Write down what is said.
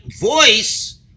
voice